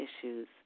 issues